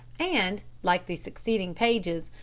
and, like the succeeding pages,